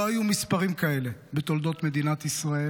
לא היו מספרים כאלה בתולדות מדינת ישראל.